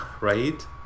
right